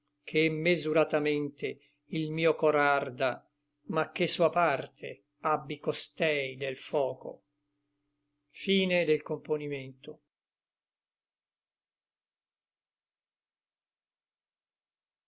che mesuratamente il mio cor arda ma che sua parte abbia costei del foco